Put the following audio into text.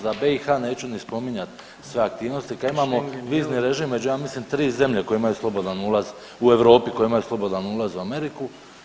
Za BiH neću ni spominjat sve aktivnosti, kad imamo vizni režim među ja mislim 3 zemlje koje imaju slobodan ulaz u Europi, koje imaju slobodan ulaz u Ameriku.